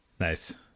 Nice